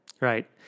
Right